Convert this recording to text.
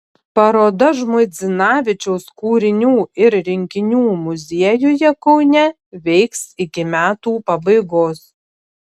paroda žmuidzinavičiaus kūrinių ir rinkinių muziejuje kaune veiks iki metų pabaigos